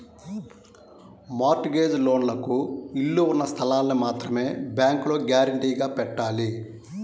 mart gauge లోన్లకు ఇళ్ళు ఉన్న స్థలాల్ని మాత్రమే బ్యేంకులో గ్యారంటీగా పెట్టాలి